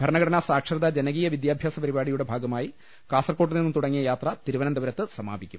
ഭരണഘടനാ സാക്ഷരതാ ജന കീയ വിദ്യഭ്യാസ പരിപാടിയുടെ ഭാഗമായി കാസർകോട്ട് നിന്ന് തുടങ്ങിയ യാത്ര തിരുവനന്തപുരത്ത് സമാപിക്കും